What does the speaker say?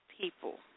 people